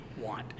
want